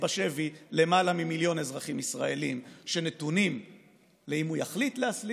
בשבי למעלה ממיליון אזרחים ישראלים שנתונים להחלטה אם להסלים